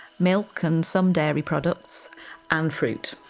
milk, and some dairy products and fruit.